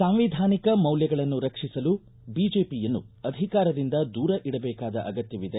ಸಾಂವಿಧಾನಿಕ ಮೌಲ್ಯಗಳನ್ನು ರಕ್ಷಿಸಲು ಬಿಜೆಪಿಯನ್ನು ಅಧಿಕಾರದಿಂದ ದೂರ ಇಡಬೇಕಾದ ಅಗತ್ತವಿದೆ